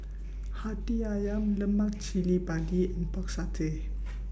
Hati Ayam Lemak Cili Padi and Pork Satay